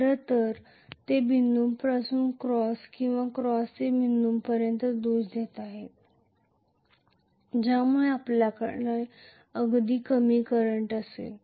खरं तर ते बिंदूपासून क्रॉस किंवा क्रॉस ते बिंदू पर्यंत सदोष आहेत ज्यामुळे आपल्याकडे अगदी कमी करंट असेन